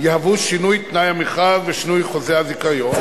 יהוו שינוי תנאי המכרז ושינוי חוזה הזיכיון,